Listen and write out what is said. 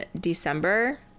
December